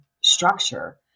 structure